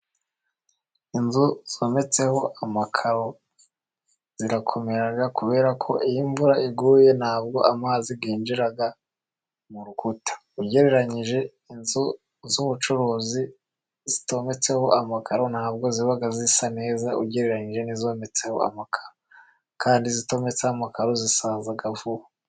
Inzu zometseho amakayo zirakomera kubera ko iyo imvura iguye ntabwo amazi yinjira mu rukuta ugereyije n'inzu z'ubucuruzi zitometseho amakaro, ntabwo zibaga zisa neza ugereranranije n'izometseho amakaro. Kandi izitometseho amkaro zisaza vuba.